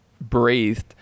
breathed